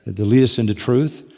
to lead us into truth.